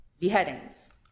beheadings